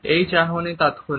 এই চাহনি তাৎক্ষণিক